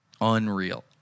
unreal